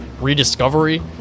rediscovery